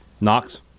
Knox